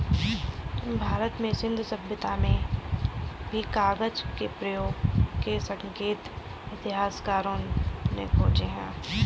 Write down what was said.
भारत में सिन्धु सभ्यता में भी कागज के प्रयोग के संकेत इतिहासकारों ने खोजे हैं